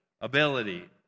Ability